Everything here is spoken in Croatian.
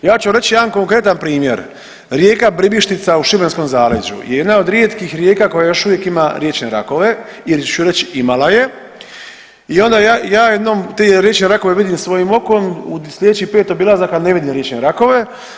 Ja ću reći jedan konkretan primjer, rijeka Bribišćica u Šibenskom zaleđu jedna je od rijetkih rijeka koja još uvijek ima riječne rakove ili ću reći imala je i onda ja jednom te riječne rakove vidim svojim okom u sljedećih pet obilazaka ne vidim riječne rakove.